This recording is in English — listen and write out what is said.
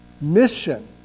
Mission